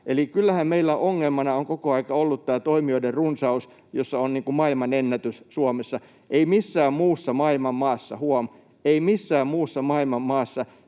kyllähän meillä ongelmana on koko ajan ollut tämä toimijoiden runsaus, jossa on maailmanennätys Suomessa. Ei missään muussa maailman maassa — huom.